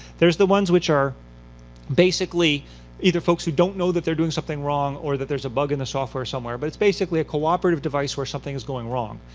there's the ones which are basically either folks who don't know that they're doing something wrong or that there's a bug in the software somewhere, but it's basically a cooperative device where something is going wrong.